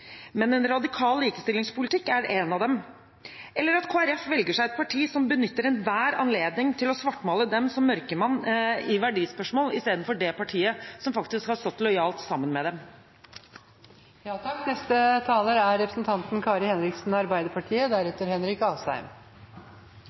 men en radikal likestillingspolitikk, er et av dem, eller at Kristelig Folkeparti velger seg et parti som benytter enhver anledning til å svartmale dem som mørkemenn i verdispørsmål, istedenfor det partiet som faktisk har stått lojalt sammen med